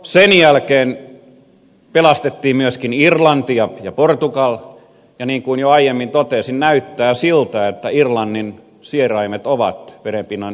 sen jälkeen pelastettiin myöskin irlanti ja portugali ja niin kuin jo aiemmin totesin näyttää siltä että irlannin sieraimet ovat vedenpinnan yläpuolella